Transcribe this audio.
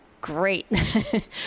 great